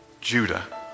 Judah